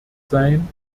sein